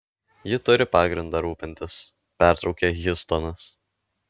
ji turi pagrindą rūpintis pertraukė hjustonas